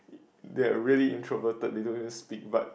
they're really introverted they don't even speak but